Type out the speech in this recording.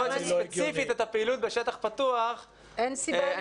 יכול להיות שספציפית את הפעילות בשטח פתוח --- אין סיבה לפסול.